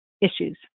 issues